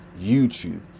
YouTube